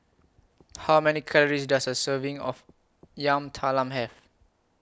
How Many Calories Does A Serving of Yam Talam Have